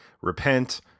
Repent